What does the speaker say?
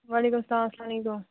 وعلیکُم سَلام اَسَلام علیکُم